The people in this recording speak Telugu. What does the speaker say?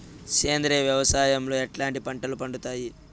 సేంద్రియ వ్యవసాయం లో ఎట్లాంటి పంటలు పండుతాయి